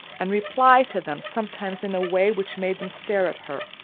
and reply to them sometimes in a way which made them stare at her,